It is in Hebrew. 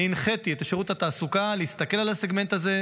אני הנחיתי את שירות התעסוקה להסתכל על הסגמנט הזה.